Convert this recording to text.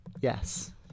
Yes